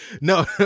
No